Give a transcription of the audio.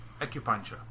acupuncture